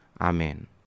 Amen